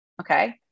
Okay